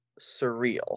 surreal